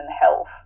health